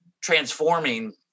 transforming